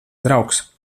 draugs